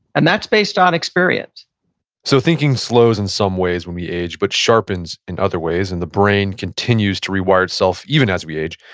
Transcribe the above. and that's based on experience so thinking slows in some ways when we age, but sharpens and other ways. and the brain continues to rewire itself even as we age.